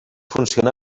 funciona